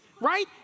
right